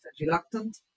reluctant